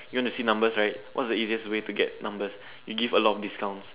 you want to see numbers right what's the easiest way to get numbers you give a lot of discounts